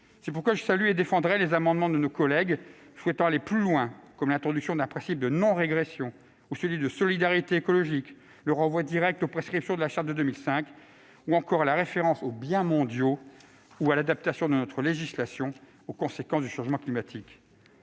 C'est pourquoi je salue et défendrai les amendements de nos collègues souhaitant aller plus loin, qui visent notamment à introduire dans la Constitution le principe de non-régression ou celui de solidarité écologique, un renvoi direct aux prescriptions de la Charte de l'environnement ou encore la référence aux biens mondiaux ou à l'adaptation de notre législation aux conséquences du changement climatique.